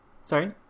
Sorry